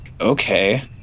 Okay